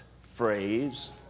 phrase